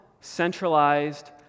centralized